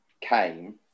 came